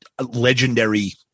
legendary